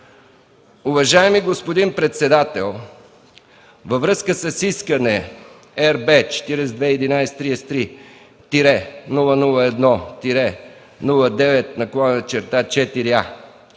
„Уважаеми господин председател, във връзка с искане № RB 421133-001-09/4А-29